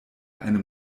einem